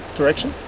direction.